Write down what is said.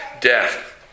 death